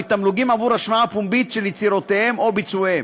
מתמלוגים עבור השמעה פומבית של יצירותיהם או ביצועיהם.